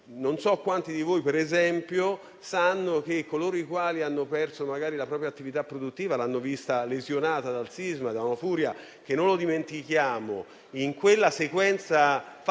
Non so quanti di voi conoscono quanto accaduto a coloro i quali hanno perso la propria attività produttiva, che l'hanno vista lesionata dal sisma, da una furia che - non lo dimentichiamo - in quella sequenza fatta